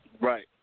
Right